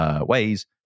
Ways